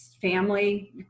family